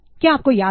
क्या आपको याद है